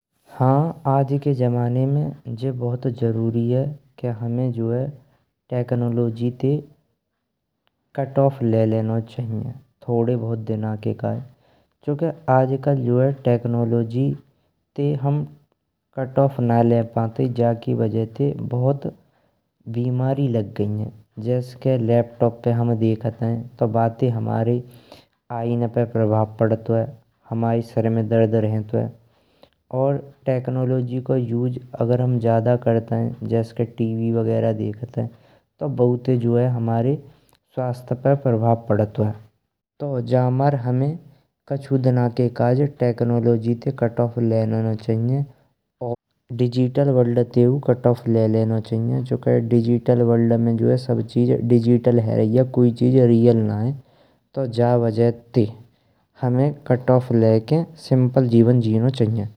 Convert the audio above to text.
हाँ आज के जमाने में जे बहुत जरूरी है के हमें जो है, टेक्नोलॉजी ते कट ऑफ ले लेनो चाहिये। थोड़े बहुत दिना के काज चुनके आज कल जो है, टेक्नोलॉजी ते हम कट ऑफ नये ले पांतीय जाय की वजह ते बहुत बीमारी लग गई हैं। जैस के लैपटॉप पे हम देखतेइं तो बातें बातें हमारी आई एन पे प्रभाव पडतुए हमाए सिर में दर्द रहेनतुएं। और टेक्नोलॉजी को ऊसे हम ज्यादा करतेइन्नै जैस के टी.वी. वगैरा देखतेइं तो बाऊते हमारे स्वास्थ्य पे प्रभाव पडतुएं तो जमार हमें काचू दिना काज टेक्नोलॉजी ते हमें कट ऑफ ले लेनो चाहिये। और डिजिटल वर्ल्ड तेउ कट ऑफ ले लेनो चाहिये चुनके डिजिटल वर्ल्ड में सब चीज डिजिटल है रहियै। कोई चीज रियल नाई तो जा वजह ते हमें कट ऑफ लेयकिन सिम्पल जीवन जीनो चाहिये।